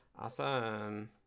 Awesome